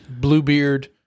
Bluebeard